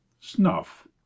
snuff